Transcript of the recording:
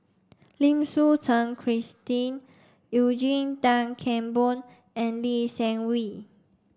Lim Suchen Christine Eugene Tan Kheng Boon and Lee Seng Wee